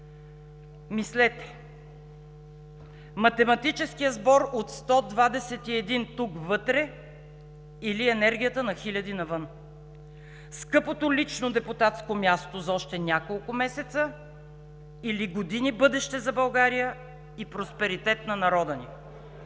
Мислете – математическият сбор от сто двадесет и един тук вътре, или енергията на хиляди навън; скъпото лично депутатско място за още няколко месеца, или години бъдеще за България и просперитет на народа!